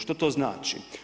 Što to znači?